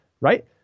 right